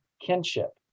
kinship